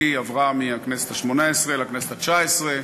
עברה מהכנסת השמונה-עשרה לכנסת התשע-עשרה,